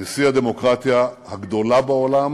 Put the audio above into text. נשיא הדמוקרטיה הגדולה בעולם